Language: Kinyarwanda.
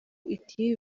iti